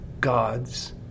God's